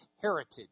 heritage